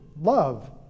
love